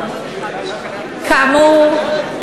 כאמור,